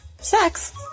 sex